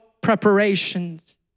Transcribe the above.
preparations